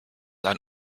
ein